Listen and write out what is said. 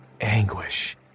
anguish